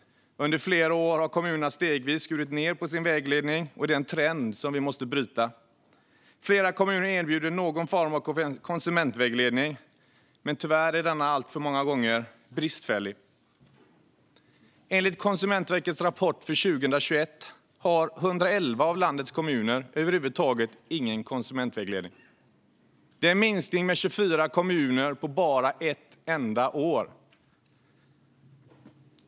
Under flera år har kommunerna stegvis skurit ned på sin vägledning, och det är en trend som vi måste bryta. Flera kommuner erbjuder någon form av konsumentvägledning, men tyvärr är denna alltför många gånger bristfällig. Enligt Konsumentverkets rapport för 2021 har 111 av landets kommuner över huvud taget ingen konsumentvägledning. Det är en minskning med 24 kommuner på bara ett enda år.